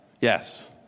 yes